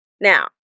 Now